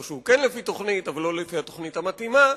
או שהוא כן לפי תוכנית אבל לא לפי התוכנית המתאימה,